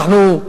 אנחנו,